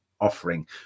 Offering